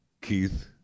Keith